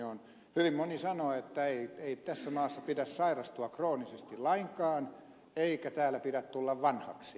hyvin moni sanoo että ei tässä maassa pidä sairastua kroonisesti lainkaan eikä täällä pidä tulla vanhaksi